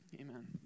Amen